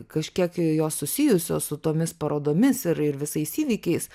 kažkiek jos susijusios su tomis parodomis ir ir visais įvykiais